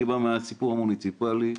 אני בא מהסיפור המוניציפלי,